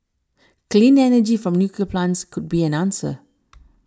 clean energy from nuclear plants could be an answer